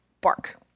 Bark